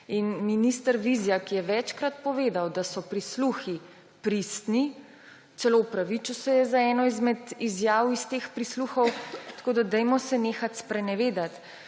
In minister Vizjak je večkrat povedal, da so prisluhi pristni, celo opravičil se je za eno izmed izjav iz teh prisluhov, tako da se nehajmo sprenevedati.